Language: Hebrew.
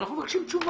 תאמרו